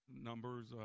numbers